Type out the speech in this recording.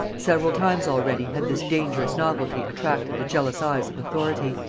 several times already had this dangerous novelty attracted the jealous eyes of authority,